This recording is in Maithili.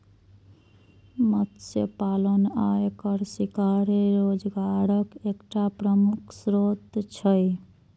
मत्स्य पालन आ एकर शिकार रोजगारक एकटा प्रमुख स्रोत छियै